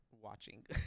watching